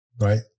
Right